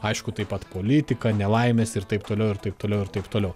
aišku taip pat politika nelaimės ir taip toliau ir taip toliau ir taip toliau